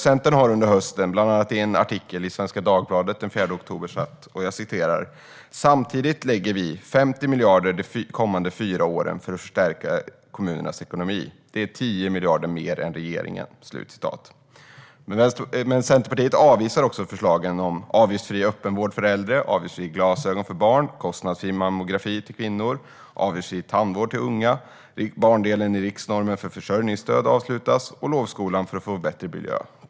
Centern har under hösten, bland annat i en artikel i Svenska Dagbladet den 4 oktober, sagt: "Samtidigt lägger vi 50 miljarder de kommande fyra åren på att förstärka kommunernas ekonomi, 10 miljarder mer än regeringen." Men Centerpartiet avvisar också förslagen om avgiftsfri öppenvård för äldre, avgiftsfria glasögon för barn, kostnadsfri mammografi för kvinnor och avgiftsfri tandvård för unga. Barndelen i riksnormen för försörjningsstöd avvisas, och lovskolan säger man nej till.